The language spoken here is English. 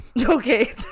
Okay